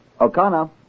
O'Connor